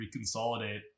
reconsolidate